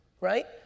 right